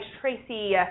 Tracy